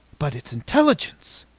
but its intelligence!